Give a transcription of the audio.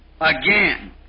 again